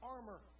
Armor